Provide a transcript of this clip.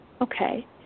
Okay